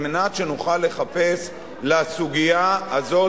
על מנת שנוכל לחפש לסוגיה הזאת,